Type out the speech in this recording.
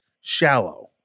shallow